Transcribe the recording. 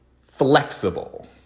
flexible